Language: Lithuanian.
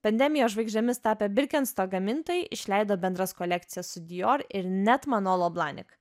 pandemijos žvaigždėmis tapę birkensto gamintojai išleido bendras kolekcijas su dior ir net manolo blanik